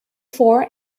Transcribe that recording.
four